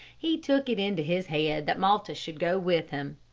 he took it into his head that malta should go with him.